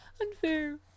Unfair